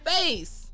face